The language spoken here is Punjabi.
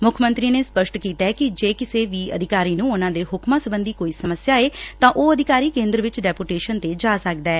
ਮੁੱਖ ਮੰਤਰੀ ਨੇ ਸਪਸ਼ਟ ਕੀਤਾ ਕਿ ਜੇ ਕਿਸੇ ਵੀ ਅਧਿਕਾਰੀ ਨੂੰ ਉਨੂਾਂ ਦੇ ਹੁਕਮਾਂ ਸਬੰਧੀ ਕੋਈ ਸਮੱਸਿਆ ਏ ਤਾਂ ਉਹ ਅਧਿਕਾਰੀ ਕੇਂਦਰ ਵਿਚ ਡੈਪੁਟੇਸ਼ਨ ਤੇ ਜਾ ਸਕਦੈ